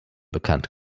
bekannt